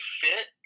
fit